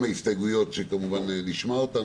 עם ההסתייגויות שנשמע אותן